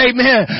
Amen